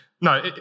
No